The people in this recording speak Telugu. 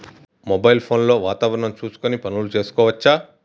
మొబైల్ ఫోన్ లో వాతావరణం చూసుకొని పనులు చేసుకోవచ్చా?